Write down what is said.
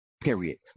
period